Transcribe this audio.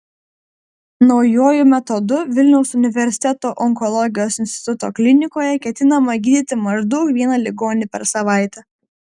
naujuoju metodu vilniaus universiteto onkologijos instituto klinikoje ketinama gydyti maždaug vieną ligonį per savaitę